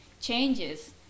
changes